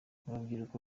urubyiruko